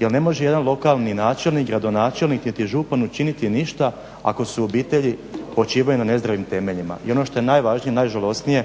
jer ne može jedan lokalni načelnik, gradonačelnik niti župan učiniti ništa ako su obitelji počivaju na nezdravim temeljima. I ono što je najvažnije i najžalosnije,